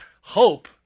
Hope